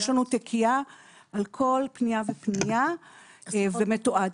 יש לנו תיקייה על כל פנייה ופנייה ומתועד.